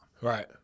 Right